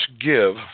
give